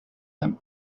them